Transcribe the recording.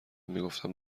میگفتم